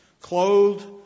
clothed